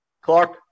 Clark